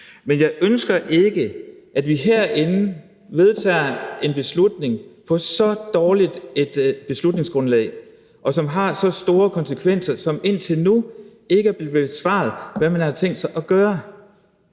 Men jeg ønsker ikke, at vi herinde vedtager en beslutning på så dårligt et beslutningsgrundlag om noget, som har så store konsekvenser, og hvor det indtil nu ikke er besvaret, hvad man har tænkt sig at gøre.